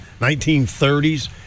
1930s